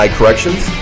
Corrections